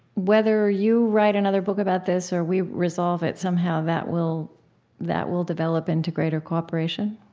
whether you write another book about this or we resolve it somehow, that will that will develop into greater cooperation?